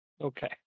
Okay